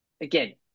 Again